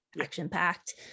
action-packed